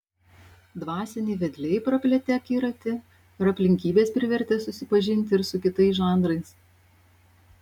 dvasiniai vedliai praplėtė akiratį ar aplinkybės privertė susipažinti ir su kitais žanrais